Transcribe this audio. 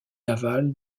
naval